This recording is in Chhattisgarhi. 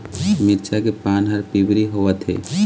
मिरचा के पान हर पिवरी होवथे?